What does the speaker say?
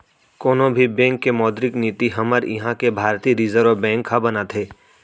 कोनो भी बेंक के मौद्रिक नीति हमर इहाँ के भारतीय रिर्जव बेंक ह बनाथे